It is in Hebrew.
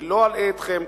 אני לא אלאה אתכם.